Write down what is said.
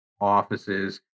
offices